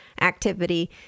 activity